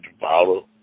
follow